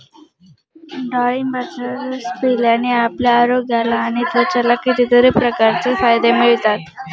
डाळिंबाचा रस पिल्याने आपल्या आरोग्याला आणि त्वचेला कितीतरी प्रकारचे फायदे मिळतात